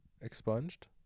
Expunged